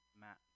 Matt